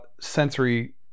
sensory